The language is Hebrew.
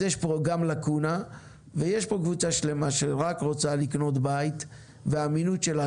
אז יש פה גם לאקונה ויש פה קבוצה שלמה שרק רוצה לבנות בית והאמינות שלה